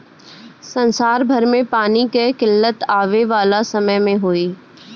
संसार भर में पानी कअ किल्लत आवे वाला समय में होई